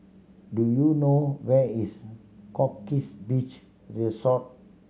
do you know where is Goldkist Beach Resort